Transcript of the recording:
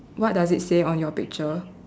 what does it say on your picture